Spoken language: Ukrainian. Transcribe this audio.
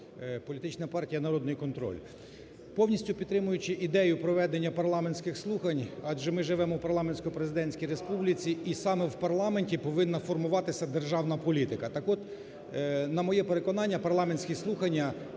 політична партія "Народний контроль". Повністю підтримуючи ідею проведення парламентських слухань, адже ми живемо в парламентсько-президентській республіці, і саме в парламенті повинна формуватися державна політика. Так от, на моє переконання, парламентські слухання,